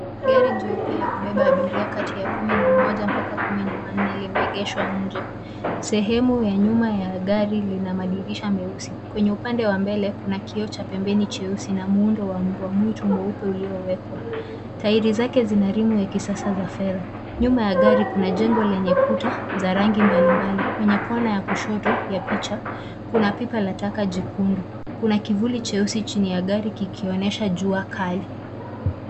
Gari jeupe la kubeba abiria kati ya kumi na mmoja na kumi na wanne limeegeshwa nje. Sehemu ya nyuma ya gari lina madirisha meusi. Kwenye upande wa mbele, kuna kioo cha pembeni cheusi na muundo wa mbwameitu mweupe uliowekwa. Tairi zake zina rimu za kisasa za feha. Nyuma ya gari kuna jengo lenye kuta za rangi mbalimbali. Kwenye kona ya kushoto ya picha, kuna pipa la taka jekundu. Kuna kivuli cheusi chini ya gari kikionyesha jua kali.